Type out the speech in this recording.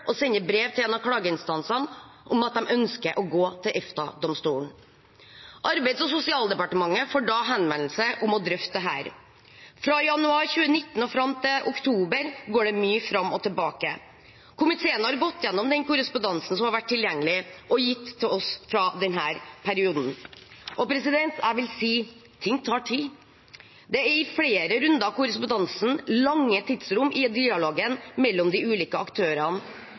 og sender brev til en av klageinstansene om at de ønsker å gå til EFTA-domstolen. Arbeids- og sosialdepartementet får da henvendelse om å drøfte dette her. Fra januar 2019 og fram til oktober går det mye fram og tilbake. Komiteen har gått gjennom den korrespondansen som har vært tilgjengelig og gitt til oss fra denne perioden. Jeg vil si: Ting tar tid. Det er i flere runder av korrespondansen lange tidsrom i dialogen mellom de ulike aktørene,